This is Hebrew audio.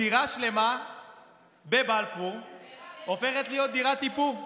דירה שלמה בבלפור הופכת להיות דירת איפור.